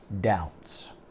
doubts